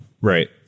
Right